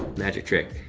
magic trick.